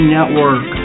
Network